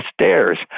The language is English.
stairs